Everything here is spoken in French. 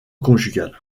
conjugal